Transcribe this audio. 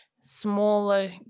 smaller